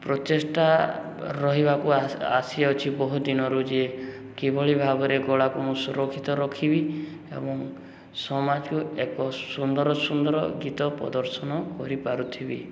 ପ୍ରଚେଷ୍ଟା ରହିବାକୁ ଆସିଅଛି ବହୁ ଦିନରୁ ଯେ କିଭଳି ଭାବରେ ଗଳାକୁ ମୁଁ ସୁରକ୍ଷିତ ରଖିବି ଏବଂ ସମାଜକୁ ଏକ ସୁନ୍ଦର ସୁନ୍ଦର ଗୀତ ପ୍ରଦର୍ଶନ କରିପାରୁଥିବି